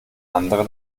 andere